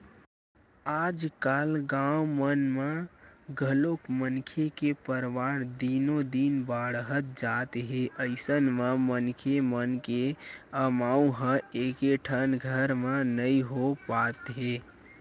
आजकाल गाँव मन म घलोक मनखे के परवार दिनो दिन बाड़हत जात हे अइसन म मनखे मन के अमाउ ह एकेठन घर म नइ हो पात हे